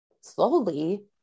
slowly